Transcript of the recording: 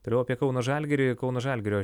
toliau apie kauno žalgirį kauno žalgirio